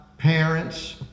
Parents